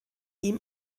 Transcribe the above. ihm